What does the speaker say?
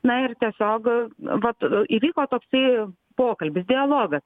na ir tesiog vat įvyko toksai pokalbis dialogas